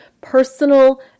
personal